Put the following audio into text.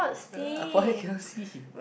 uh why cannot see